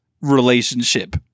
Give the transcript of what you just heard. relationship